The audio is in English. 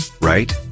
right